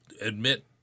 admit